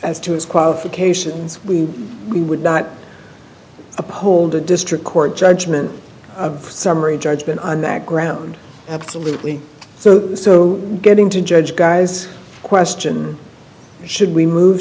as to his qualifications we we would not uphold a district court judgment of summary judgment on that ground absolutely so so getting to judge guy's question should we move